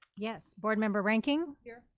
yes, board member reinking. here.